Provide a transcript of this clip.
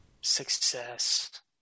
Success